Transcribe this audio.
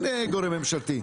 גורם ממשלתי.